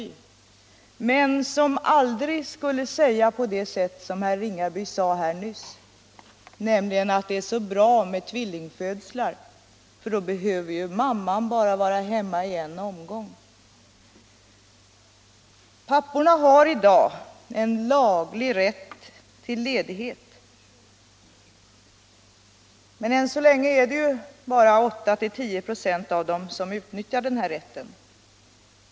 Det är män som aldrig skulle säga på det sätt som herr Ringaby gjorde nyss, att det är så bra med tvillingfödslar eftersom mamman då bara behöver vara hemma i en omgång. Papporna har i dag en laglig rätt till ledighet. Men än så länge är det bara 8-10 26 som utnyttjar den här rätten.